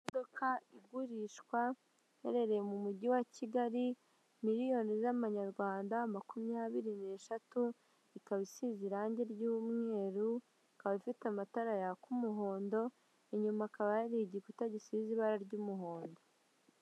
Imodoka igurishwa iherereye mu mujyi wa Kigali miliyoni z'amanyarwanda makumyabiri neshatu, ikaba isize irangi ry'umweru, ikaba ifite amatara yaka umuhondo, inyuma ikaba hari igikuta gisize ibara ry'umuhondo.